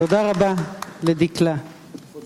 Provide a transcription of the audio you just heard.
תודה רבה לדיקלה.